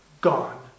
gone